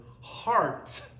heart